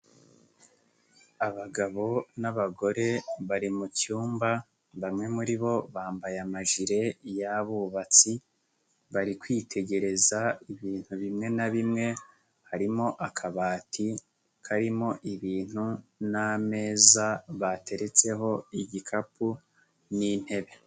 Abagabo n'abagore bari mu cyumba bamwe muri bo bambaye amajire y'abubatsi bari kwitegereza ibintu bimwe na bimwe harimo akabati karimo ibintu n'ameza bateretseho igikapu n'intebe.